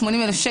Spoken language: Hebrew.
80,000,